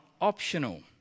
optional